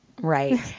right